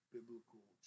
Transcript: Biblical